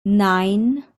nine